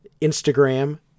instagram